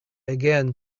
again